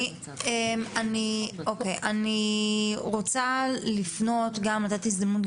אני רוצה לפנות לתת הזדמנות,